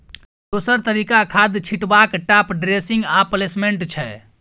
दोसर तरीका खाद छीटबाक टाँप ड्रेसिंग आ प्लेसमेंट छै